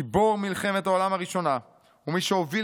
גיבור מלחמת העולם הראשונה ומי שהוביל